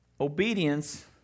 Obedience